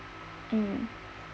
mm